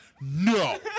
no